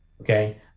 okay